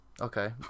Okay